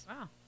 Wow